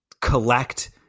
collect